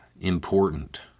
important